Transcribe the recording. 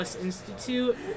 Institute